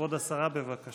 כבוד השרה, בבקשה.